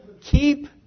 Keep